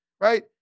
right